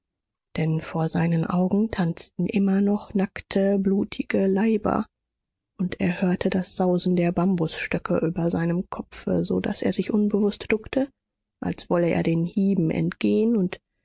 denn vor seinen augen tanzten immer noch nackte blutige leiber und er hörte das sausen der bambusstöcke über seinem kopfe so daß er sich unbewußt duckte als wolle er den hieben entgehen und